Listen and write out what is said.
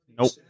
Nope